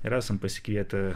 ir esam pasikvietę